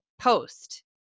post